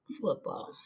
football